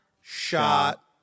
shot